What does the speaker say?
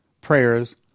prayers